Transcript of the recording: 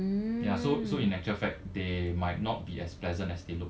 ya so so in actual fact they might not be as pleasant as they look